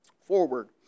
Forward